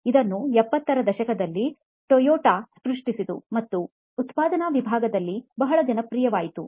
ಇದನ್ನು 70 ರ ದಶಕದಲ್ಲಿ ಟೊಯೋಟಾ ಸೃಷ್ಟಿಸಿತು ಮತ್ತು ಉತ್ಪಾದನಾ ವಿಭಾಗದಲ್ಲಿ ಬಹಳ ಜನಪ್ರಿಯವಾಯಿತು